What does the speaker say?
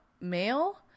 male